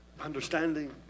understanding